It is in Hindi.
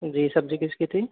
जी सब्ज़ी किसकी थी